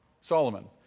Solomon